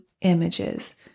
images